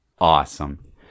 Awesome